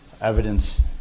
evidence